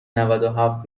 نودوهفت